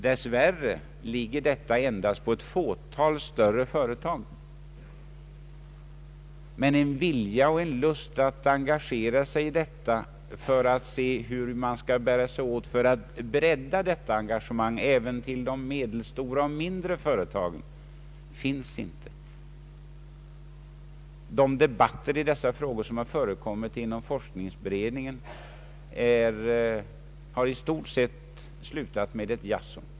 Dess värre ligger detta endast på ett fåtal större företag. Någon vilja och lust att engagera sig i dessa frågor för att se hur man skall bära sig åt för att bredda detta engagemang även till de medelstora och mindre företagen finns tydligen inte inom regeringen. De debatter i dessa frågor som förekommit inom forskningsberedningen har i stort sett slutat med ett jaså.